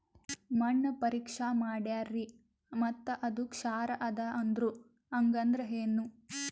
ಮಣ್ಣ ಪರೀಕ್ಷಾ ಮಾಡ್ಯಾರ್ರಿ ಮತ್ತ ಅದು ಕ್ಷಾರ ಅದ ಅಂದ್ರು, ಹಂಗದ್ರ ಏನು?